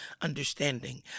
understanding